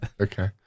okay